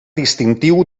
distintiu